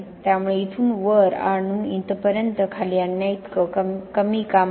त्यामुळे इथून वर आणून इथपर्यंत खाली आणण्याइतकं कमी काम आहे